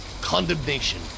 condemnation